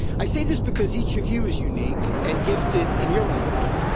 i say this because each of you is unique and gifted in your own way.